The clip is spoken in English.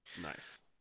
nice